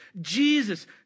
Jesus